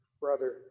brother